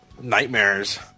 nightmares